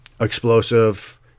explosive